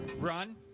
run